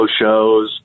shows